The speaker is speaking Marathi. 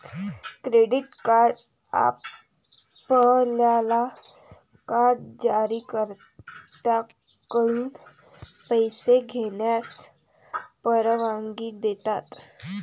क्रेडिट कार्ड आपल्याला कार्ड जारीकर्त्याकडून पैसे घेण्यास परवानगी देतात